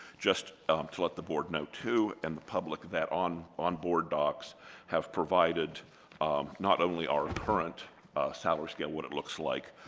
just to let the board know too, and the public, that on on board docs have provided not only our current salary scale, what it looks like,